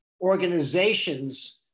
organizations